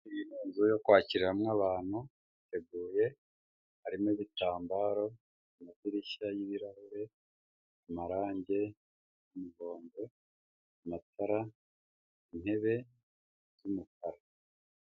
Inzu yo kwakiriramwo abantu, hateguye harimo ibitambaro mu madirishya y'ibirahure, amarangi, ibikombe, amatara, intebe z'umukara.